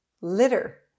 litter